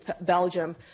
Belgium